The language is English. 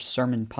Sermon